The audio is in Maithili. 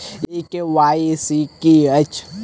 ई के.वाई.सी की अछि?